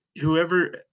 whoever